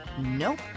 Nope